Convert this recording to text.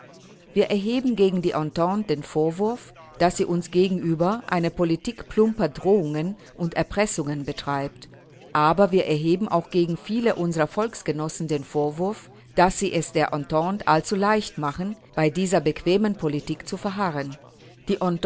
wir erheben gegen die entente den vorwurf daß sie uns gegenüber eine politik plumper drohungen und erpressungen betreibt aber wir erheben auch gegen viele unserer volksgenossen den vorwurf daß sie es der entente allzu leicht machen bei dieser bequemen politik zu verharren die